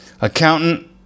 accountant